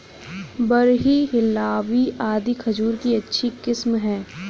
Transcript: Barhi, Hillawi आदि खजूर की अच्छी किस्मे हैं